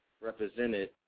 represented